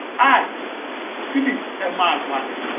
i philip emeagwali